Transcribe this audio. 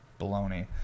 baloney